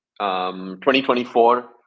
2024